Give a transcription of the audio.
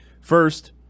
First